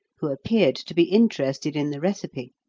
who appeared to be interested in the recipe.